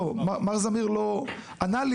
מר זמיר ענה לי,